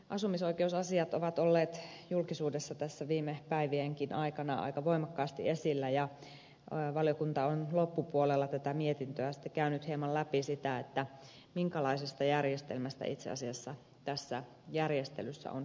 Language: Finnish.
asumisoikeusasiat ovat olleet julkisuudessa tässä viime päivienkin aikana aika voimakkaasti esillä ja valiokunta on loppupuolella tätä mietintöä sitten käynyt hieman läpi sitä minkälaisesta järjestelmästä tässä järjestelyssä on itse asiassa kyse